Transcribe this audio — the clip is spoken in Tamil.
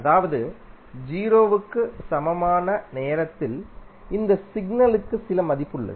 அதாவது 0 க்கு சமமான நேரத்தில் இந்த சிக்னலுக்கு சில மதிப்பு உள்ளது